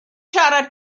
siarad